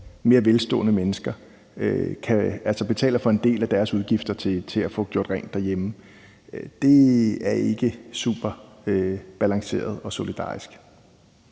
mere velstående menneskers udgifter til at få gjort rent derhjemme. Det er ikke superbalanceret og solidarisk.